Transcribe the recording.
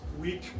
week